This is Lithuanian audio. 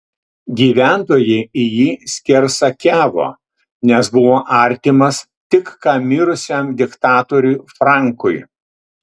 gyventojai į jį skersakiavo nes buvo artimas tik ką mirusiam diktatoriui frankui